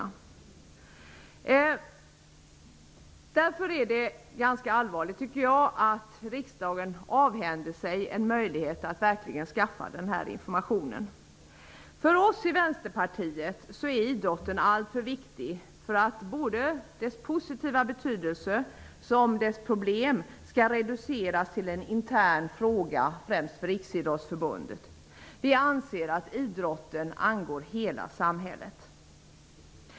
Det är därför ganska allvarligt att riksdagen avhänder sig en möjlighet att verkligen skaffa den här informationen. Men för oss i Vänsterpartiet är idrotten allför viktig för att både dess positiva betydelse och dess problem skall reduceras till en intern fråga främst för Riksidrottsförbundet. Vi anser att idrotten angår hela samhället.